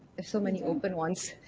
there's so many opened ones.